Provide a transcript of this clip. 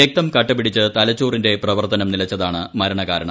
രക്തം കട്ടപിടിച്ച് തലച്ചോറിന്റെ പ്രവർത്തനം നിലച്ചതാണ് മരണകാരണം